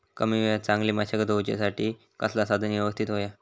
कमी वेळात चांगली मशागत होऊच्यासाठी कसला साधन यवस्तित होया?